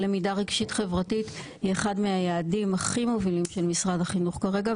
למידה רגשית-חברתית היא אחד מהיעדים הכי מובילים של משרד החינוך כרגע,